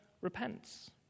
repents